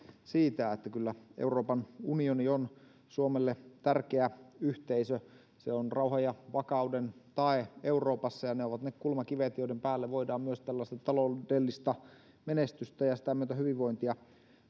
siitä että kyllä euroopan unioni on suomelle tärkeä yhteisö se on rauhan ja vakauden tae euroopassa ja ne ovat ne kulmakivet joiden päälle voidaan myös tällaista taloudellista menestystä ja sitä myötä hyvinvointia